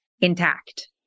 intact